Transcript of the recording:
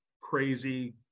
crazy